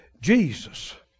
Jesus